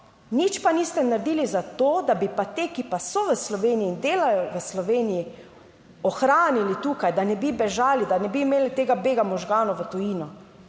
Nič pa niste naredili za to, da bi pa te, ki pa so v Sloveniji in delajo v Sloveniji, ohranili tukaj, da ne bi bežali, da ne bi imeli tega bega možganov v tujino.